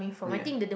ya